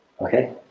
Okay